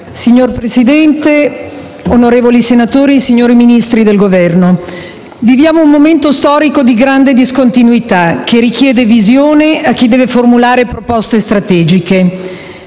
Signor Presidente, onorevoli senatori, rappresentanti del Governo, viviamo un momento storico di grande discontinuità che richiede visione a chi deve formulare proposte strategiche.